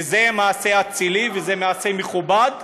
וזה מעשה אצילי וזה מעשה מכובד,